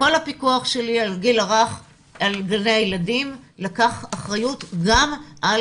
כל הפיקוח שלי על גני הילדים לקח אחריות גם על